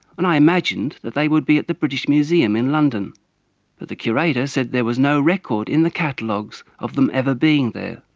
and i imagined that they would be at the british museum in london, but the curator said there was no record in the catalogues of them ever being there.